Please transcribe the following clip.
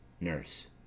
Nurse